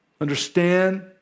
Understand